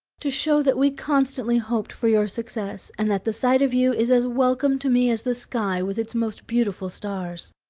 to show that we constantly hoped for your success, and that the sight of you is as welcome to me as the sky with its most beautiful stars.